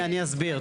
אני אסביר.